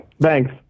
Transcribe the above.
Thanks